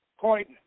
point